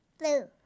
Blue